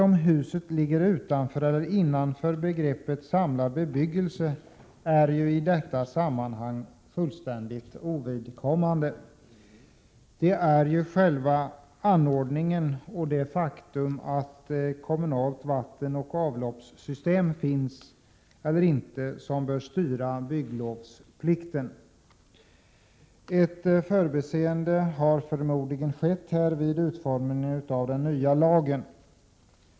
Om huset ligger utanför eller innanför vad man kallar samlad bebyggelse är i detta sammanhang fullständigt ovidkommande. Det är själva anordningen och förhållandet om huset är anslutet till kommunalt vattenoch avloppssystem eller inte som bör styra bygglovsplikten. Ett förbiseende har förmodligen skett vid utformningen av den nya lagen.